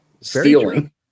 stealing